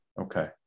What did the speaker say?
Okay